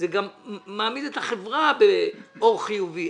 זה גם מעמיד את החברה באור חיובי.